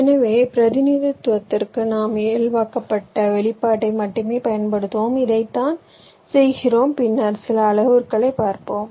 எனவே பிரதிநிதித்துவத்திற்காக நாம் இயல்பாக்கப்பட்ட வெளிப்பாட்டை மட்டுமே பயன்படுத்துவோம் இதைத்தான் செய்கிறோம் பின்னர் சில அளவுருக்களை பார்ப்போம்